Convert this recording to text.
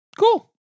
Cool